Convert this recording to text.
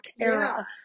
era